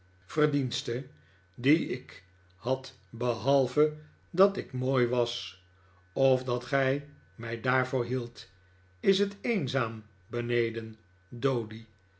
die ik had behalve dat ik mooi was of dat gij mij daarvoor hieldt is het eenz aam beneden doady